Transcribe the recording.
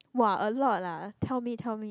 !wah! a lot lah tell me tell me